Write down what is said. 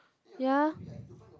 ya